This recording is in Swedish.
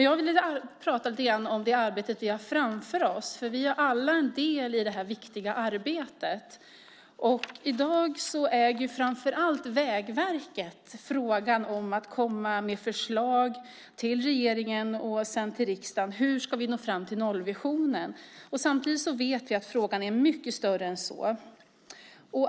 Jag vill prata lite grann om det arbete vi har framför oss. Vi är alla en del i det här viktiga arbetet. I dag äger framför allt Vägverket frågan om att komma med förslag till regeringen och sedan till riksdagen om hur vi ska nå fram till nollvisionen. Samtidigt vet vi att frågan är mycket större än så.